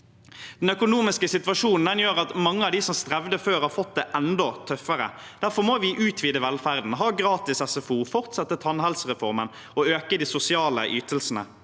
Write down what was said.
Den økonomiske situasjonen gjør at mange av dem som strevde før, har fått det enda tøffere. Derfor må vi utvide velferden, ha gratis SFO, fortsette tannhelsereformen og øke de sosiale ytelsene.